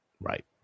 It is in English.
right